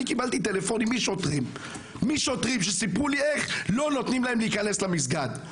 אני קיבלתי טלפונים משוטרים שסיפרו לי איך לא נותנים להם להיכנס למסגד.